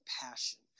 passion